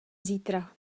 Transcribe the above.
zítra